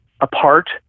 apart